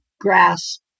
grasp